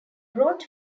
brought